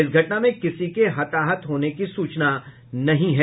इस घटना में किसी के हताहत होने की सूचना नहीं है